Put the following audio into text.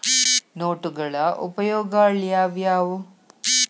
ನೋಟುಗಳ ಉಪಯೋಗಾಳ್ಯಾವ್ಯಾವು?